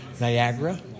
Niagara